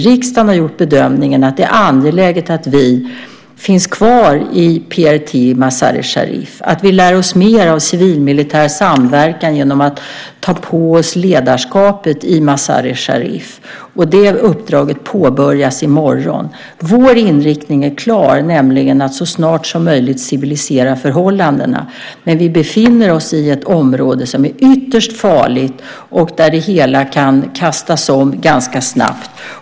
Riksdagen har gjort bedömningen att det är angeläget att vi finns kvar i PRT i Mazar-e-Sharif och att vi lär oss mer av civilmilitär samverkan genom att ta på oss ledarskapet i Mazar-e-Sharif. Och det uppdraget påbörjas i morgon. Vår inriktning är klar, nämligen att så snart som möjligt civilisera förhållandena. Men vi befinner oss i ett område som är ytterst farligt och där det hela kan kastas om ganska snabbt.